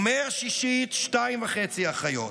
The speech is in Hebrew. ומהשישית, 2.5 אחיות.